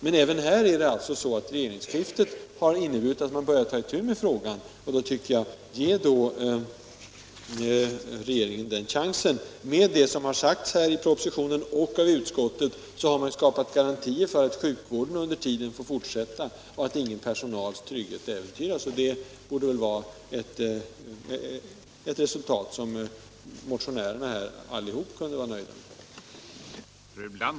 Men även där har regeringsskiftet inneburit att man nu börjat ta itu med frågan, och ge då regeringen den chansen! Men vad som sagts i propositionen och av utskottet har garantier skapats för att sjukvården under tiden får fortsätta och att ingen personals trygghet äventyras. Det borde väl vara något som både motionärer och andra kan vara nöjda med.